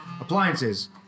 appliances